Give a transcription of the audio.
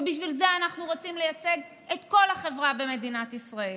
ובשביל זה אנחנו רוצים לייצג את כל החברה במדינת ישראל.